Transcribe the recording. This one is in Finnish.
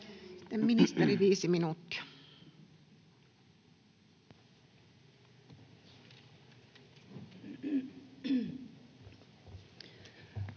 Sitten ministeri, viisi minuuttia.